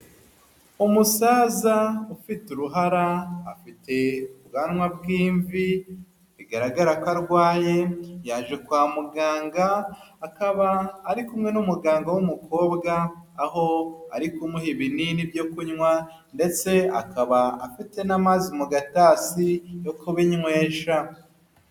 Umusaza ufite uruhara ,afite ubwanwa bw'imvi, bigaragara ko arwaye, yaje kwa muganga , akaba ari kumwe n'umuganga w'umukobwa ,aho ari kumuha ibinini byo kunywa ndetse akaba afite n'amazi mu gatasi yo kubinywawesha.